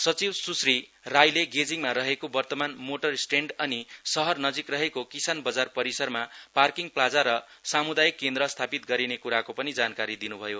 सचिव स्श्री राईले गेजिभमा रहेको वर्तमान मोटर स्टेण्ड अनि शहर नजिक रहेको किसान बजार परिसरमा पार्किङ प्लाजा र सामुदायिक केन्द्र स्थापित गरिने कुरोको पनि जानकारी दिनु भयो